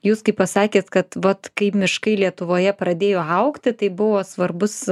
jūs kai pasakėt kad vat kai miškai lietuvoje pradėjo augti tai buvo svarbus